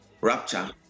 rapture